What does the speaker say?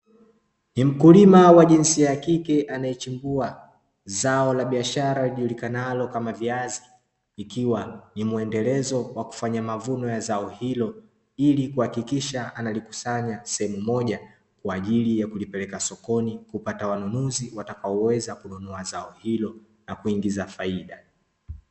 Ni mkulima wa jinsia ya kike anaechipua zao la biashara lijulikanalo kama viazi ikiwa ni muendelezo wa kufanya mavuno ya zao hilo, ilikuhakikisha analikusanya sehemu moja kwa ajili ya kulipeleka sokoni ilikupata wanunuzi watakaoweza kununua zao hilo nakuingiza faida.